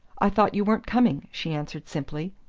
i thought you weren't coming, she answered simply.